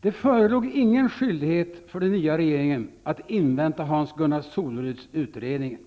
Det förelåg ingen skyldighet för den nya regeringen att invänta Hans-Gunnar Soleruds utredning.